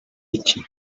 iki